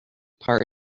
part